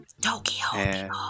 Tokyo